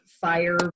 fire